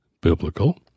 biblical